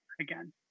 again